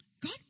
God